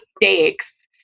mistakes